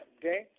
Okay